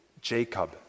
Jacob